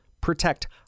protect